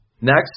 next